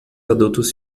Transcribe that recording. adultos